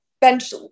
bench